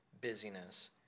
busyness